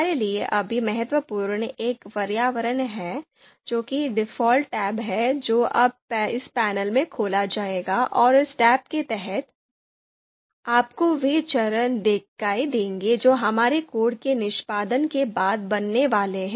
हमारे लिए अभी महत्वपूर्ण एक पर्यावरण है जो कि डिफ़ॉल्ट टैब है जो इस पैनल में खोला जाएगा और इस टैब के तहत आपको वे चर दिखाई देंगे जो हमारे कोड के निष्पादन के बाद बनने वाले हैं